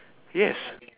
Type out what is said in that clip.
yes